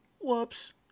Whoops